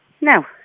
No